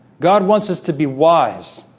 god wants us to be wise